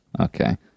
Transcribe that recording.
Okay